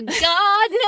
God